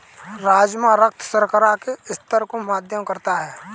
राजमा रक्त शर्करा के स्तर को मध्यम करता है